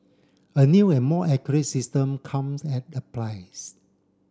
a new and more accurate system comes at a price